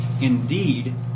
Indeed